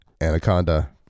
Anaconda